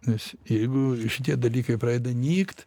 nes jeigu šitie dalykai pradeda nykt